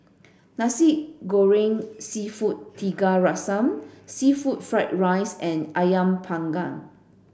Nasi Goreng Seafood Tiga Rasa seafood fried rice and Ayam panggang